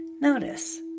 notice